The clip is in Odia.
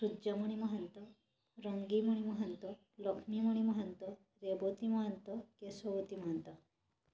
ସୂର୍ଯ୍ୟମଣି ମହାନ୍ତ ରଙ୍ଗେଈମଣି ମହାନ୍ତ ଲକ୍ଷ୍ମୀମଣି ମହାନ୍ତ ରେବତୀ ମହାନ୍ତ କେଶବତୀ ମହାନ୍ତ